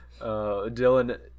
Dylan